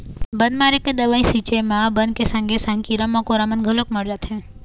बन मारे के दवई छिंचे म बन के संगे संग कीरा कमोरा मन घलोक मर जाथें